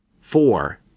Four